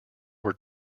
were